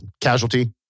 casualty